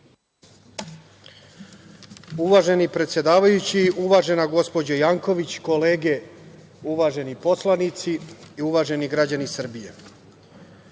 Uvaženi predsedavajući, uvažena gospođo Janković, kolege uvaženi poslanici i uvaženi građani Srbije,